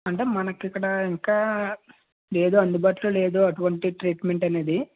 అంటే మనకి ఇక్కడ ఇంకా లేదు అందుబాటులోలేదు అటువంటి ట్రీట్మెంట్ అనేది